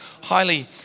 highly